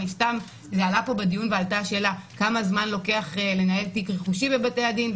זה עלה פה בדיון ועלתה השאלה כמה זמן לוקח לנהל תיק רכושי בבתי הדין.